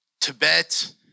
Tibet